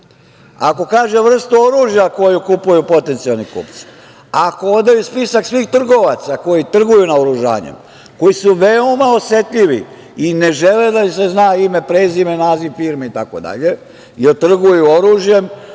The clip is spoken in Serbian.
ako kaže vrstu oružja koju kupuju potencijalni kupci, ako odaje spisak svih trgovaca koji trguju naoružanjem, koji su veoma osetljivi i ne žele da se zna ime i prezime, naziv firme itd, jer trguju oružjem,